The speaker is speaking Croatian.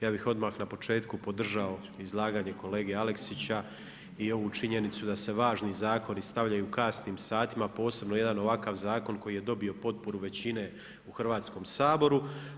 Ja bih odmah na početku podržao izlaganje kolege Aleksića i ovu činjenicu da se važni zakoni stavljaju u kasnim satima, posebno jedan ovakav zakon koji je dobio potporu većine u Hrvatskom saboru.